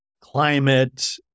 climate